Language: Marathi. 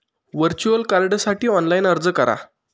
व्हर्च्युअल कार्डसाठी ऑनलाइन अर्ज करा